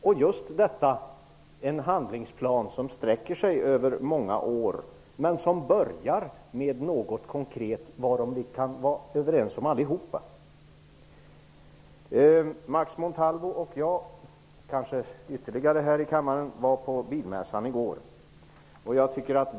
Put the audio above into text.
Det skall finnas en handlingsplan som sträcker sig över många år men som börjar med något konkret, varom vi allihop kan vara överens. Max Montalvo och jag -- och kanske ytterligare andra i kammaren -- var på bilmässan i går.